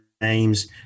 names